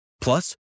Plus